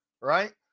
right